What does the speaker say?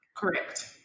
correct